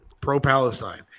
pro-Palestine